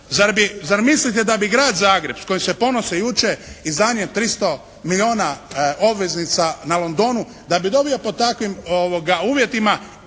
Zar mislite da bi Grad Zagreb, s kojim se ponose i uče izdanjem 300 milijuna obveznica na Londonu, da bi dobio pod takvim uvjetima